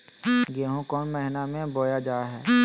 गेहूँ कौन महीना में बोया जा हाय?